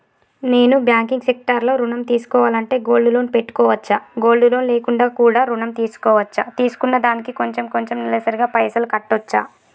Non banking sector లో ఋణం తీసుకోవాలంటే గోల్డ్ లోన్ పెట్టుకోవచ్చా? గోల్డ్ లోన్ లేకుండా కూడా ఋణం తీసుకోవచ్చా? తీసుకున్న దానికి కొంచెం కొంచెం నెలసరి గా పైసలు కట్టొచ్చా?